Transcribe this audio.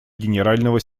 генерального